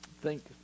thank